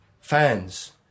fans